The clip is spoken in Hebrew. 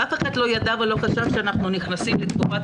ואף אחד לא ידע ולא חשב שאנחנו נכנסים לתקופת